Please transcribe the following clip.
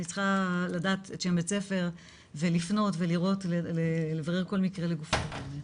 אני צריכה לדעת את שם בית הספר ולפנות ולראות ולברר כל מקרה לגופו באמת.